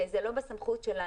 שזה לא בסמכות שלנו.